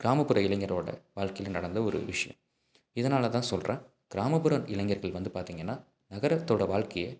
கிராமப்புற இளைஞரோட வாழ்க்கையில நடந்த ஒரு விஷயம் இதனால்தான் சொல்லுறேன் கிராமப்புற இளைஞர்கள் வந்து பார்த்திங்கன்னா நகரத்தோட வாழ்க்கைய